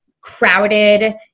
crowded